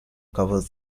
covers